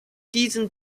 diesen